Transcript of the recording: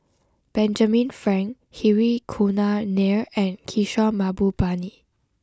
Benjamin Frank Hri Kumar Nair and Kishore Mahbubani